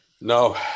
No